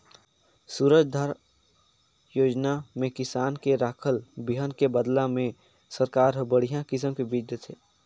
सूरजधारा योजना में किसान के राखल बिहन के बदला में सरकार हर बड़िहा किसम के बिज देथे